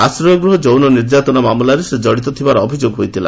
ଆଶ୍ରୟ ଗୃହ ଯୌନ ନିର୍ଯ୍ୟାତନା ମାମଲାରେ ସେ ଜଡ଼ିତ ଥିବାର ଅଭିଯୋଗ ହୋଇଥିଲା